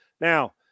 Now